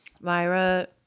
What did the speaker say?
lyra